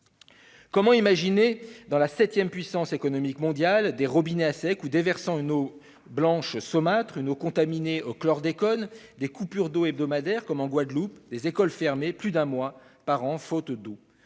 Comment imaginer, dans la septième puissance économique mondiale, que des robinets soient à sec ou déversent une eau blanche saumâtre, voire contaminée au chlordécone ; que les coupures d'eau soient hebdomadaires, comme en Guadeloupe ; que des écoles ferment plus d'un mois par an faute d'eau ?